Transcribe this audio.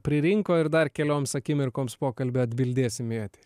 pririnko ir dar kelioms akimirkoms pokalbio atbildėsim į eterį